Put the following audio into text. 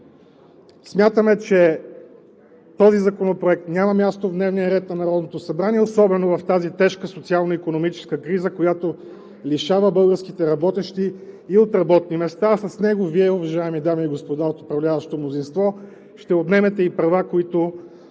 Смятаме, че този законопроект няма място в дневния ред на Народното събрание, особено в тази тежка социално-икономическа криза, която лишава българските работещи и от работни места, а с него Вие, уважаеми дами и господа от управляващото мнозинство, ще отнемете и права, които,